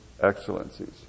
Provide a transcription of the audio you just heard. excellencies